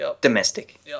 domestic